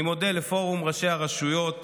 אני מודה לפורום ראשי הרשויות